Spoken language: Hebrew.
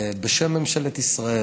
בשם ממשלת ישראל.